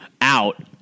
out